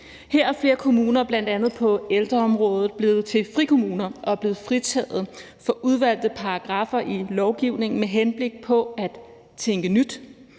Her er flere kommuner på bl.a. ældreområdet blevet til frikommuner og blevet fritaget for udvalgte paragraffer i lovgivningen med henblik på at tænke nyt